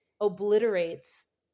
obliterates